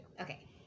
Okay